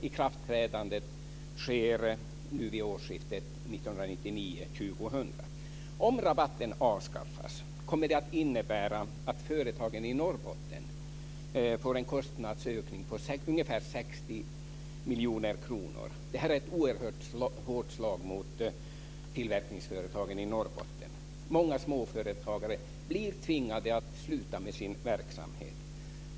Ikraftträdandet sker vid årsskiftet 1999/2000. Om rabatten avskaffas kommer det att innebära att företagen i Norrbotten får en kostnadsökning på ungefär 60 miljoner kronor. Detta är ett oerhört hårt slag mot tillverkningsföretagen i Norrbotten. Många småföretagare blir tvingade att sluta med sin verksamhet.